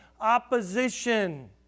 opposition